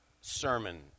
sermon